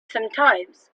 sometimes